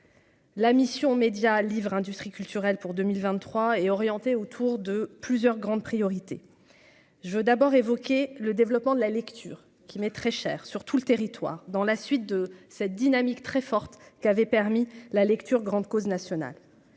La mission Médias livre industries culturelles pour 2023 et orientées autour de plusieurs grandes priorités, je veux d'abord évoqué le développement de la lecture qui m'est très cher sur tout le territoire dans la suite de cette dynamique, très forte, qui avait permis la lecture, grande cause nationale,